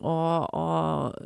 o o